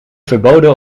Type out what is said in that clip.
verboden